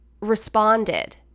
responded